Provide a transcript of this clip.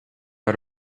out